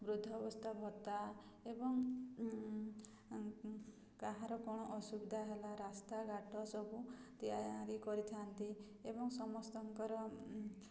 ବୃଦ୍ଧ ଅବସ୍ଥା ଭତ୍ତା ଏବଂ କାହାର କଣ ଅସୁବିଧା ହେଲା ରାସ୍ତାଘାଟ ସବୁ ତିଆରି କରିଥାନ୍ତି ଏବଂ ସମସ୍ତଙ୍କର